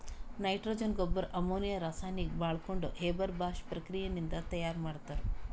nitrogen ಗೊಬ್ಬರ್ ammonia ರಾಸಾಯನಿಕ್ ಬಾಳ್ಸ್ಕೊಂಡ್ ಹೇಬರ್ ಬಾಷ್ ಪ್ರಕ್ರಿಯೆ ನಿಂದ್ ತಯಾರ್ ಮಾಡ್ತರ್